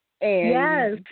Yes